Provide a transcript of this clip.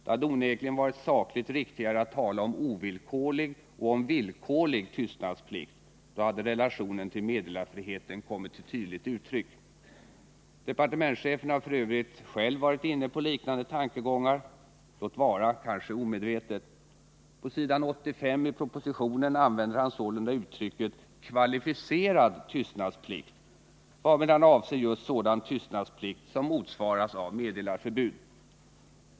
Det hade onekligen varit sakligt riktigare att tala om ovillkorlig och villkorlig tystnadsplikt; då hade relationerna till meddelarfriheten kommit till tydligt uttryck. Departementschefen har f. ö. själv varit inne på liknande tankegångar — låt vara kanske omedvetet. På s. 85 i propositionen använder han sålunda uttrycket ”kvalificerad tystnadsplikt”, varmed han avser just sådan tystnadsplikt som motsvaras av meddelarförbud.